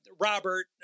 Robert